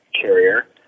carrier